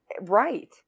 Right